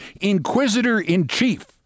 inquisitor-in-chief